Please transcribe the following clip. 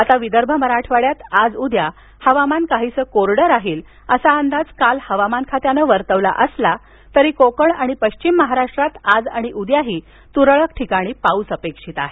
आता विदर्भ मराठवाड्यात आज उद्या हवामान काहीसं कोरडं राहील असा अंदाज काल हवामानखात्यानं वर्तवला असला तरी कोकण आणि पश्चिम महाराष्ट्रात आज आणि उद्याही तुरळक ठिकाणी पाऊस अपेक्षित आहे